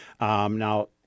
Now